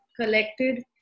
collected